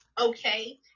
okay